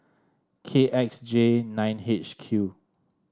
K X J nine H Q